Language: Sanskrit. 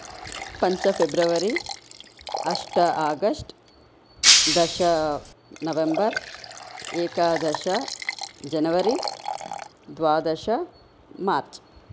पञ्च फेब्रवरि अष्ट आगस्ट् दश नवेम्बर् एकादश जनवरि द्वादश मार्च्